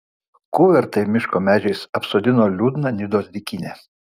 kuvertai miško medžiais apsodino liūdną nidos dykynę